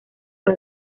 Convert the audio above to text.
fue